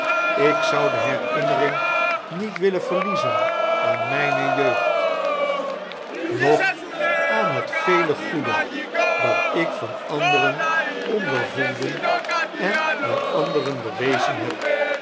ik zou de herinnering niet willen verliezen aan mijne jeugd noch aan het vele goede dat ik van anderen ondervondeia en aam anderen bewezen heb